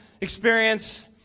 experience